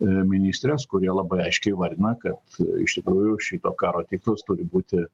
ministrės kurie labai aiškiai įvardina kad iš tikrųjų šito karo tikslas turi būti